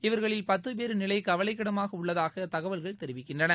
இவர்களில் பத்து பேரின் நிலை கவலைக்கிடமாக உள்ளதாக தகவல்கள் தெரிவிக்கின்றன